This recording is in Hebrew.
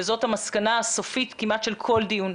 וזאת המסקנה הסופית כמעט של כל דיון,